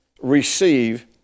receive